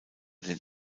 den